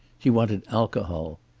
he wanted alcohol.